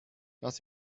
das